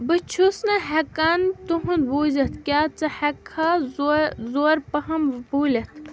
بہٕ چھُس نہٕ ہٮ۪کان تُہُنٛد بوٗزِتھ کیٛاہ ژٕ ہٮ۪ککھا زو زورٕ پَہم بوٗلِتھ